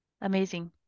Amazing